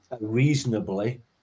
reasonably